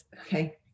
okay